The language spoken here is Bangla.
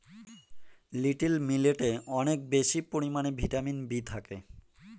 লিটিল মিলেটে অনেক বেশি পরিমানে ভিটামিন বি থাকে